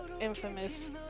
infamous